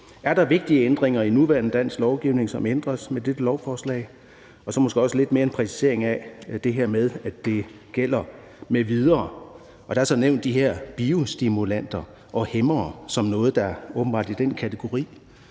Er der vigtige ændringer i den nuværende danske lovgivning, som ændres med dette lovforslag? Og så kunne jeg måske også ønske mig en præcisering af, hvad det her "m.v." gælder. Der er nævnt de her biostimulanter og hæmmere som noget, der åbenbart er i den kategori.